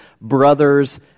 brothers